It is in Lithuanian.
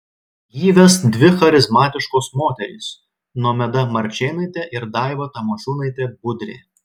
jį ves dvi charizmatiškos moterys nomeda marčėnaitė ir daiva tamošiūnaitė budrė